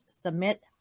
submit